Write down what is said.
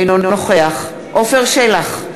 אינו נוכח עפר שלח,